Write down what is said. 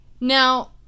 Now